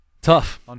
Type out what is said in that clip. Tough